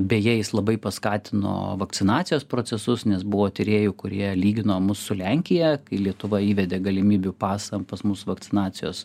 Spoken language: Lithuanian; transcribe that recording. beje jis labai paskatino vakcinacijos procesus nes buvo tyrėjų kurie lygino mus su lenkija kai lietuva įvedė galimybių pasą pas mus vakcinacijos